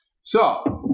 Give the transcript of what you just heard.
So-